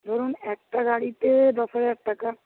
ধরুন একটা গাড়িতে দশ হাজার টাকা